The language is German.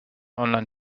online